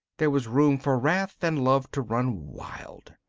there was room for wrath and love to run wild.